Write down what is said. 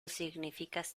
significas